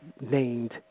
named